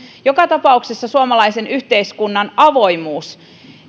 joka tapauksessa suomalaisen yhteiskunnan avoimuus